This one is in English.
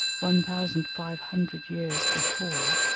one thousand five hundred years before,